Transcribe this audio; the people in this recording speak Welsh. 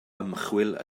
ymchwil